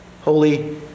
holy